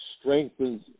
strengthens